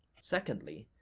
secondly,